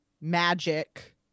magic